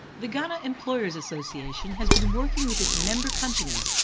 the ghana employers' association has been working with its member companies,